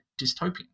dystopian